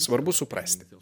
svarbu suprasti